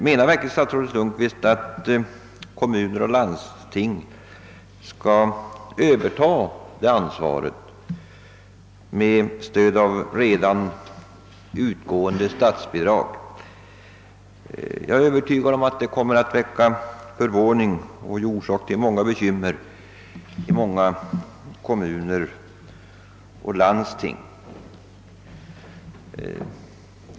Menar verkligen statsrådet att kommuner och landsting skall överta ansvaret för dessa åtgärder med stöd endast av redan utgående statsbidrag? Jag är övertygad om att detta kommer att väcka förvåning och ge upphov till bekymmer i många kommuner och landsting.